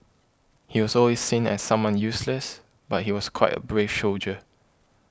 he was always seen as someone useless but he was quite a brave soldier